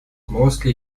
mostly